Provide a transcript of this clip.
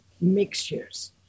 mixtures